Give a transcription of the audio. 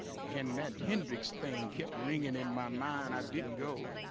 and that hendrix thing kept ringing in my mind i didn't go